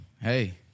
hey